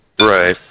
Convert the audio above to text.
Right